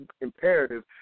imperative